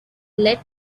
let